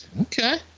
Okay